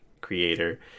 creator